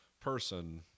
person